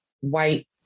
white